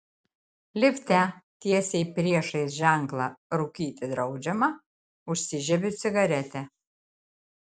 lifte tiesiai priešais ženklą rūkyti draudžiama užsižiebiu cigaretę